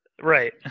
Right